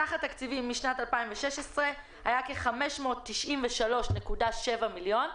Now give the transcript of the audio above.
סך התקציבים משנת 2016 היו כ-593.7 מיליון שקלים.